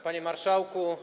Panie Marszałku!